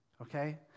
Okay